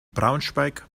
braunschweig